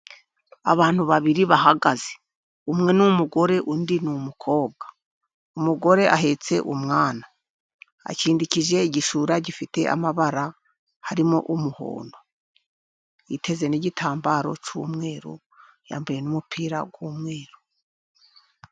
Abantu babiri bahagaze, umwe n'umugore undi n'umukobwa. Umugore ahetse umwana akindikije igishura, gifite amabara harimo umuhondo, yiteze n'igitambaro cy'umweru, yambaye n'umupira w'umweru.